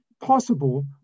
possible